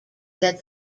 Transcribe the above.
that